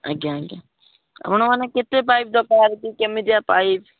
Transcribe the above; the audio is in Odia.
ଆଜ୍ଞା ଆଜ୍ଞା ଆପଣମାନେ କେତେ ପାଇପ୍ ଦରକାର କେମିତିଆ ପାଇପ୍